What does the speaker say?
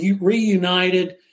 reunited